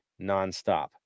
nonstop